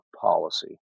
policy